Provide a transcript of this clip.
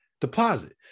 deposit